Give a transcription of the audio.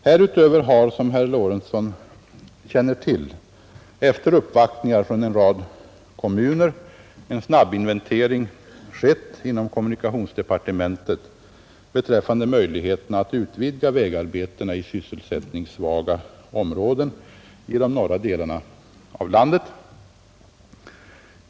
Härutöver har — som herr Lorentzon känner till — efter uppvaktningar från en rad kommuner en snabbinventering skett inom kommunikations departementet beträffande möjligheterna att utvidga vägarbetena i sysselsättningssvaga områden i de norra delarna av landet.